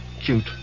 cute